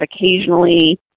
occasionally